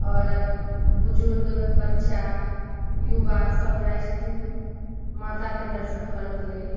आओर बुजुर्ग बच्चा युवा सभ जाइत छथिन माताके दर्शन करऽके लेल